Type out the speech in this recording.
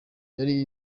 yari